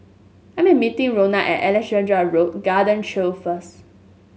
I am meeting Rhona at Alexandra Road Garden Trail first